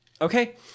Okay